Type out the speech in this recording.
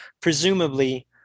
presumably